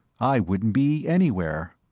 i wouldn't be anywhere.